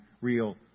real